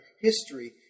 history